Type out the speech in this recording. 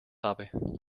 habe